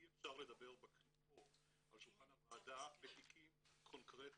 אי אפשר לדבר פה על שולחן הוועדה בתיקים קונקרטיים,